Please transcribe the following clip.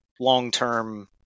long-term